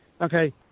Okay